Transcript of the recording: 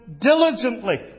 diligently